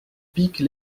pique